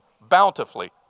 bountifully